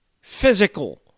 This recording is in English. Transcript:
physical